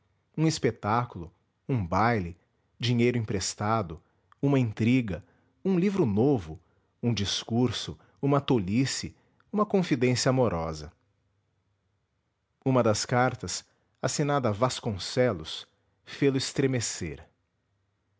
um espetáculo um baile dinheiro emprestado uma intriga um livro novo um discurso uma tolice uma confidência amorosa uma das cartas assinada vasconcelos fê-lo estremecer a